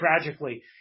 tragically